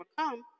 overcome